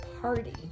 party